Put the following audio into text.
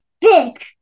Big